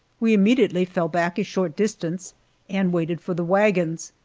we immediately fell back a short distance and waited for the wagons,